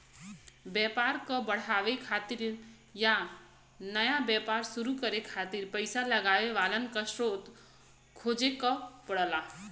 व्यापार क बढ़ावे खातिर या नया व्यापार शुरू करे खातिर पइसा लगावे वालन क स्रोत खोजे क पड़ला